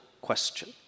question